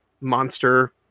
monster